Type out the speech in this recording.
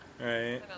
Right